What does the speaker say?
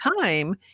time